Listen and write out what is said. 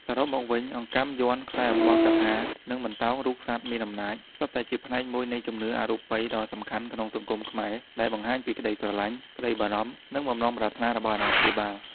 សរុបមកវិញ អង្កាំយ័ន្ត ខ្សែអំបោះកថា និងបន្តោងរូបសត្វមានអំណាច សុទ្ធតែជាផ្នែកមួយនៃជំនឿអរូបីដ៏សំខាន់ក្នុងសង្គមខ្មែរ ដែលបង្ហាញពីក្ដីស្រឡាញ់ ក្ដីបារម្ភ និងបំណងប្រាថ្នារបស់អាណាព្យាបាល។